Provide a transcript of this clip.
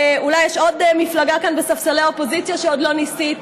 ואולי יש עוד מפלגה כאן בספסלי האופוזיציה שעוד לא ניסית,